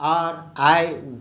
आब आइ